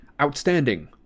Outstanding